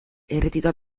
ereditò